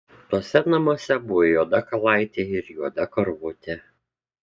tuose namuose buvo juoda kalaitė ir juoda karvutė